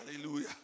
Hallelujah